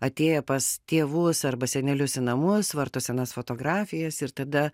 atėję pas tėvus arba senelius į namus varto senas fotografijas ir tada